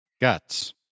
Guts